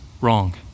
wrong